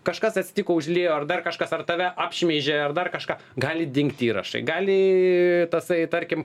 kažkas atsitiko užliejo ar dar kažkas ar tave apšmeižė ar dar kažką gali dingti įrašai gali tasai tarkim